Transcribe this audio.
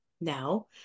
now